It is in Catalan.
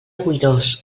boirós